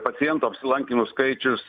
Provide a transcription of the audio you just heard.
pacientų apsilankymų skaičius